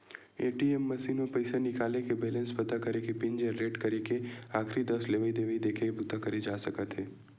ATM machine म पइसा निकाले के, बेलेंस पता करे के, पिन जनरेट करे के, आखरी दस लेवइ देवइ देखे के बूता करे जा सकत हे